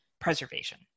preservation